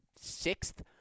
sixth